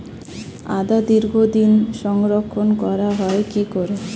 আদা দীর্ঘদিন সংরক্ষণ করা হয় কি করে?